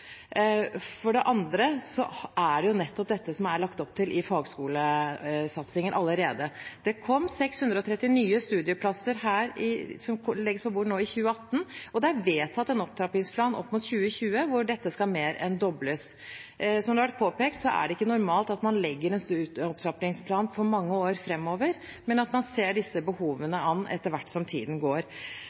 For det andre er det nettopp dette det er lagt opp til i fagskolesatsingen allerede. Det kom 630 nye studieplasser på bordet i 2018, og det er vedtatt en opptrappingsplan fram til 2020 hvor dette skal mer enn dobles. Som det har vært påpekt, er det ikke normalt at man legger en opptrappingsplan for mange år framover, men man ser behovene an etter hvert som tiden går.